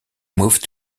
moved